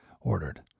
ordered